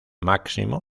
máximo